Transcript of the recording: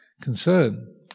concern